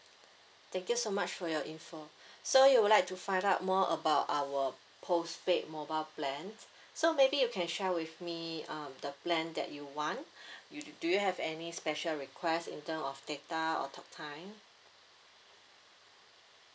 thank you so much for your info so you would like to find out more about our postpaid mobile plan so maybe you can share with me um the plan that you want you do you have any special request in term of data or talk time